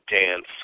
dance